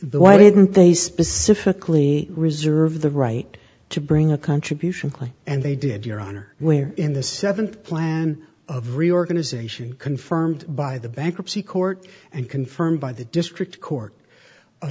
the why didn't they specifically reserve the right to bring a contribution claim and they did your honor we're in the th plan of reorganization confirmed by the bankruptcy court and confirmed by the district court